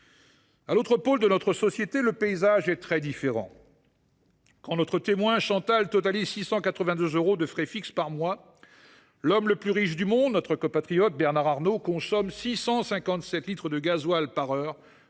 À l’autre pôle de notre société, le paysage est très différent : quand notre témoin, Chantal, totalise 682 euros de frais fixes par mois, l’homme le plus riche du monde, notre compatriote Bernard Arnault, consomme 657 litres de gasoil par heure